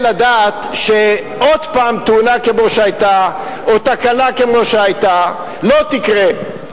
לדעת שעוד פעם תאונה כמו שהיתה או תקלה כמו שהיתה לא תקרה.